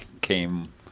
came